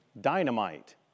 dynamite